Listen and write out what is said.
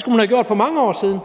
skulle man have gjort for mange år siden.